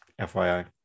fyi